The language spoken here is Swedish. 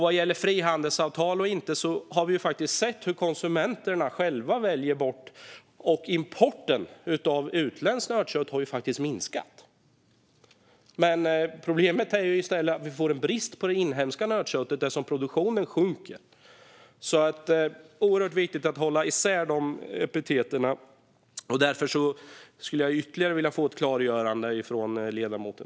Vad gäller frihandelsavtal har vi faktiskt sett vad konsumenterna själva väljer bort. Importen av utländskt nötkött har ju minskat. Problemet är i stället att vi får en brist på inhemskt nötkött, eftersom produktionen sjunker. Det är alltså oerhört viktigt att hålla isär de båda. Jag vill därför få ytterligare ett klargörande från ledamoten.